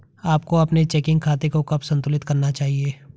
आपको अपने चेकिंग खाते को कब संतुलित करना चाहिए?